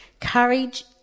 courage